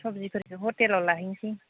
सबजिफोरखौ ह'टेलआव लाहैनोसै